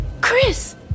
Chris